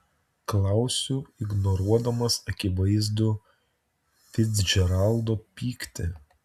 klausiu ignoruodamas akivaizdų ficdžeraldo pyktį